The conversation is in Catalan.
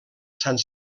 sant